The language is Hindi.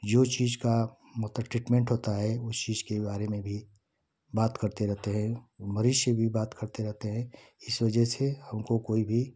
जो चीज़ का मतलब ट्रीटमेंट होता है उस चीज़ के बारे में भी बात करते रहते हैं मरीज से भी बात करते रहते हैं इस वजह से हमको कोई भी